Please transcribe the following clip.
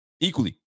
Equally